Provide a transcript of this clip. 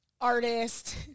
artist